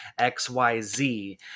XYZ